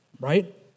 right